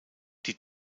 die